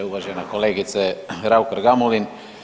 Uvažena kolegice RAukar Gamulin.